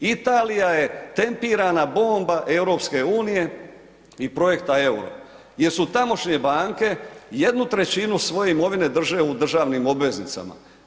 Italija je tempirana bomba EU-a i projekta euro jer tamošnje banke 1/3 svoje imovine drže u državnim obveznicama.